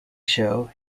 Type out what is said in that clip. show